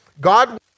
God